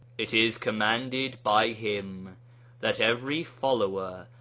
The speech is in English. it is commanded by him that every follower,